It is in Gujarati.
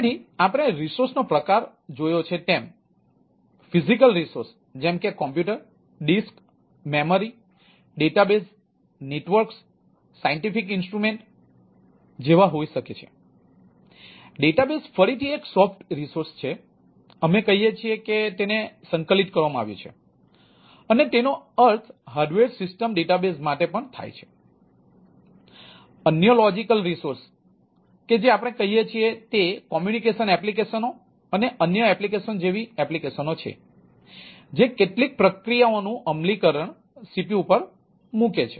તેથી આપણે રિસોર્સનો પ્રકાર જોયો છે તેમ ભૌતિક રિસોર્સ અને અન્ય એપ્લિકેશનો જેવી એપ્લિકેશનો છે જે કેટલીક પ્રક્રિયાઓનું અમલીકરણ સીપીયુ પર મૂકે છે